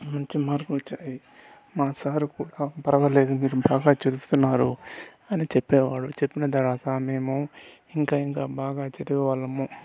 మంచి మార్కులు వచ్చాయి మా సార్ కూడా పర్వాలేదు మీరు బాగా చదువుతున్నాడు అని చెప్పేవాళ్ళు చెప్పిన తర్వాత మేము ఇంకా ఇంకా బాగా చదివేవాళ్ళము